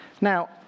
Now